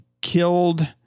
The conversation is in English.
killed